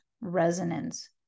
resonance